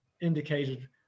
indicated